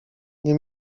nie